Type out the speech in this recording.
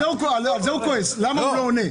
על זה הוא כועס, למה הוא לא עונה?